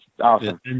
Awesome